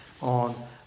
on